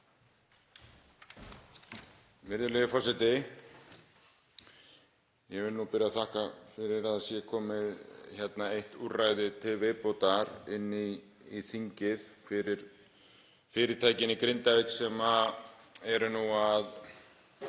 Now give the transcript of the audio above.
Virðulegi forseti. Ég vil byrja á að þakka fyrir að það sé komið eitt úrræði til viðbótar inn í þingið fyrir fyrirtækin í Grindavík sem eru nú að